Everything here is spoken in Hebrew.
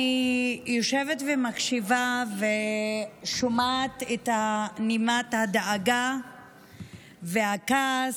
אני יושבת ומקשיבה ושומעת את נימת הדאגה והכעס,